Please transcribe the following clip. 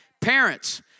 Parents